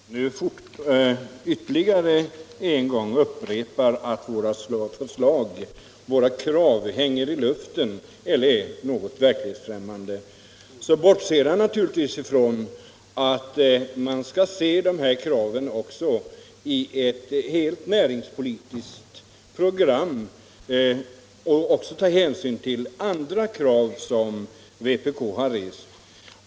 Herr talman! När industriministern nu ytterligare en gång upprepar att våra krav hänger i luften och är verklighetsfrämmande, bortser han naturligtvis från att dessa krav skall ses som delar i ett helt näringspolitiskt program och att man alltså måste ta hänsyn även till andra krav som vpk har rest.